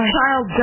child